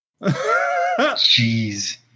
Jeez